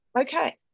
okay